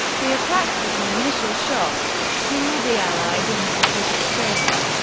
the attack was an initial shock to all the allies in the pacific theater.